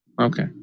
Okay